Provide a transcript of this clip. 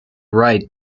write